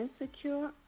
Insecure